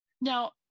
Now